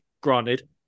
granted